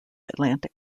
atlantic